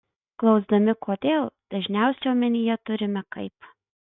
klausdami kodėl dažniausiai omenyje turime kaip